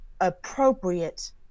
appropriate